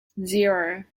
zero